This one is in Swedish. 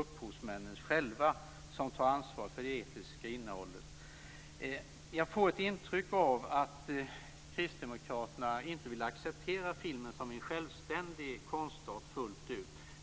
upphovsmännen själva som tar ansvar för det etiska innehållet. Jag får ett intryck av att Kristdemokraterna inte vill acceptera filmen som en självständig konstart fullt ut.